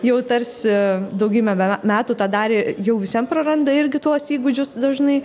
jau tarsi daugybę metų tą darė jau vis vien praranda irgi tuos įgūdžius dažnai